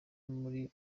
muri